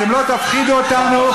אתם לא תפחידו אותנו.